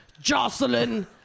Jocelyn